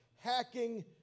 hacking